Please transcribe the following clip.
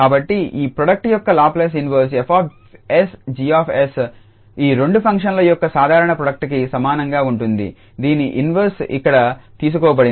కాబట్టి ఈ ప్రోడక్ట్ యొక్క లాప్లేస్ ఇన్వెర్స్ F𝑠⋅𝐺𝑠 ఈ రెండు ఫంక్షన్ల యొక్క సాధారణ ప్రోడక్ట్ కి సమానంగా ఉంటుంది దీని ఇన్వెర్స్ ఇక్కడ తీసుకోబడింది